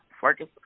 Focus